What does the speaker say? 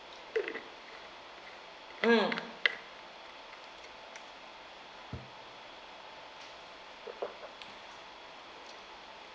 mm